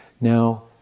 Now